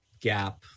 gap